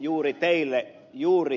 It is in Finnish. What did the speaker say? juuri teille ed